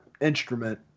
instrument